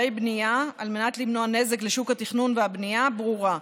בנייה על מנת למנוע נזק לשוק התכנון והבנייה ברורה.